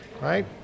right